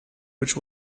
which